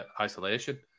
isolation